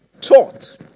taught